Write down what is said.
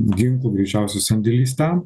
ginklų greičiausiai sandėlys ten